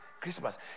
Christmas